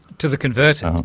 to the converted. um